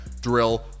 drill